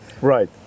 Right